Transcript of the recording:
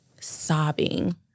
sobbing